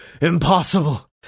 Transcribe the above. Impossible